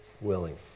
willing